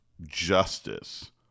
justice